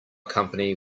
company